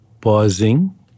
pausing